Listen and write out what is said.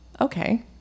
okay